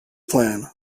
plan